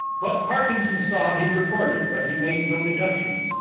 what parkinson saw he recorded but he made no deductions.